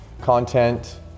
content